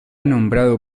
nombrado